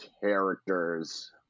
characters